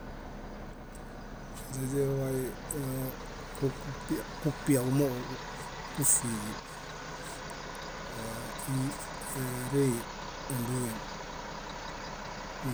Źeźiḃay éé- ku- kupiaġumooġo kúfiġi. Ee íi éérei éndõhem.